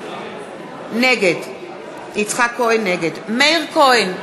נגד מאיר כהן,